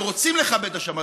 שרוצים לכבד את השבת,